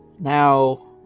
Now